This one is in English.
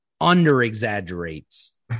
under-exaggerates